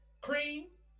creams